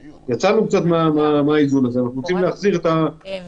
יצאנו קצת מהאיזון הזה ואנחנו רוצים להחזיר את הדברים,